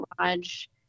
Lodge